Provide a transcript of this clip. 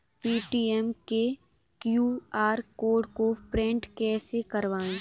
Paytm के QR code को print कैसे करवाएँ?